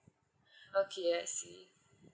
okay I see